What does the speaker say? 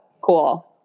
cool